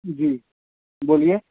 جی بولیے